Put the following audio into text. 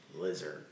Lizard